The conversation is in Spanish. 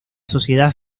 sociedad